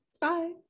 Bye